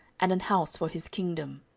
and an house for his kingdom.